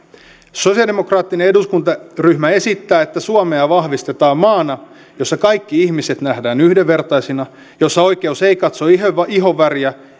sosialidemokraattinen eduskuntaryhmä esittää että suomea vahvistetaan maana jossa kaikki ihmiset nähdään yhdenvertaisina jossa oikeus ei katso ihonväriä ihonväriä